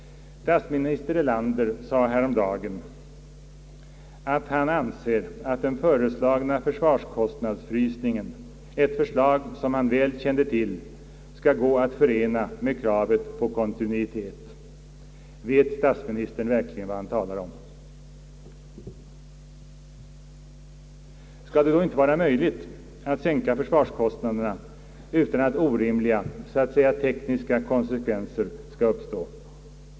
Statsminister Erlander sade här omdagen, att han anser att den föreslagna försvarskostnadsfrysningen, ett förslag som han väl kände till, skall gå att förena med kravet på kontinuitet. Vet statsministern verkligen vad han talar om? Skall det då inte vara möjligt att sänka försvarskostnaderna utan att orimliga, så att säga tekniska konsekvenser skall uppstå?